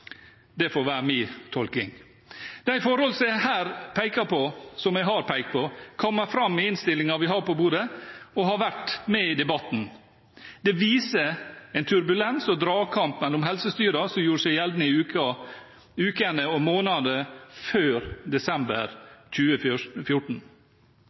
Det får være min tolkning. De forhold som jeg har pekt på, kommer fram i innstillingen vi har på bordet, og har vært med i debatten. Det viser en turbulens og dragkamp mellom helsestyrene som gjorde seg gjeldende i ukene og månedene før desember